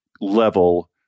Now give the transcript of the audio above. level